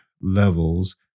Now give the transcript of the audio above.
levels